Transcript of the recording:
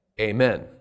amen